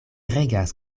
regas